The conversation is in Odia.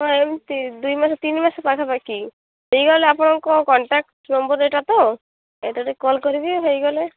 ଏମିତି ଦୁଇ ମାସ ତିନି ମାସ ପାଖାପାଖି ହେଇଗଲେ ଆପଣଙ୍କ କଣ୍ଟାକ୍ଟ୍ ନମ୍ବର ଏଇଟା ତ ଏଇଟାରେ କଲ୍ କରିବି ହେଇଗଲେ